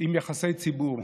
עם יחסי ציבור,